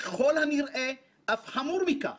וככל הנראה, אף חמור מכך